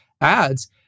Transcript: ads